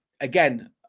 again